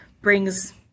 brings